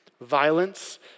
violence